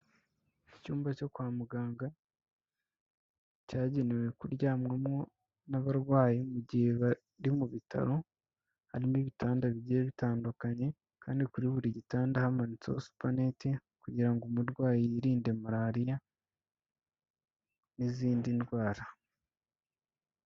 Icyumba cyo kwa muganga cyagenewe kuryamwamo n'abarwayi mu gihe bari mu bitaro, harimo ibitanda bigiye bitandukanye, kandi kuri buri gitanda hamanitse supanineti, kugira ngo umurwayi yirinde malaria n'izindi ndwara.